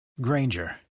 Granger